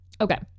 Okay